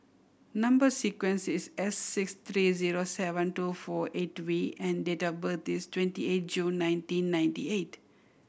number sequence is S six three zero seven two four eight V and date of birth is twenty eight June nineteen ninety eight